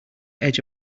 edge